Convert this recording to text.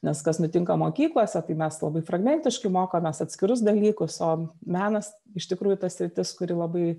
nes kas nutinka mokyklose tai mes labai fragmentiškai mokomės atskirus dalykus o menas iš tikrųjų ta sritis kuri labai